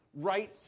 right